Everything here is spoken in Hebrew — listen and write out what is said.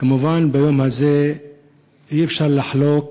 כמובן, ביום הזה אי-אפשר לחלוק,